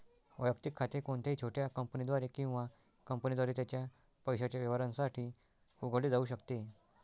वैयक्तिक खाते कोणत्याही छोट्या कंपनीद्वारे किंवा कंपनीद्वारे त्याच्या पैशाच्या व्यवहारांसाठी उघडले जाऊ शकते